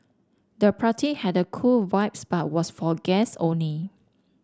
the party had a cool vibes but was for guests only